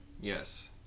Yes